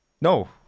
No